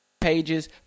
pages